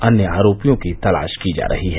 अन्य आरोपियों की तलाश की जा रही है